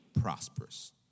prosperous